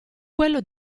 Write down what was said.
quello